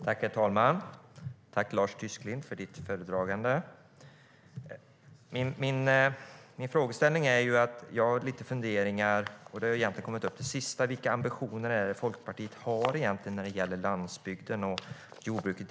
Herr talman! Tack, Lars Tysklind, för ditt anförande! Jag har lite funderingar om det sista som kommit upp i debatten, vilka ambitioner Folkpartiet egentligen har när det gäller landsbygden och jordbruket.